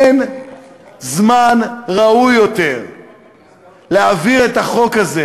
אין זמן ראוי יותר להעביר את החוק הזה